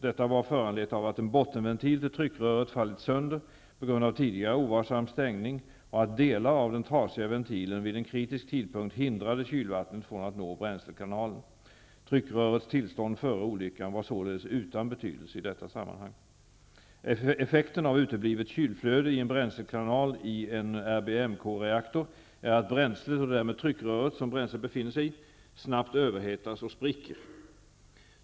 Detta var föranlett av att en bottenventil till tryckröret fallit sönder på grund av tidigare ovarsam stängning och att delar av den trasiga ventilen vid en kritisk tidpunkt hindrade kylvatten från att nå bränslekanalen. Tryckrörets tillstånd före olyckan var således utan betydelse i detta sammanhang. RBMK-reaktor är att bränslet och därmed tryckröret som bränslet befinner sig i snabbt överhettas och spricker.